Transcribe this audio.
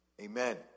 amen